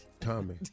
Tommy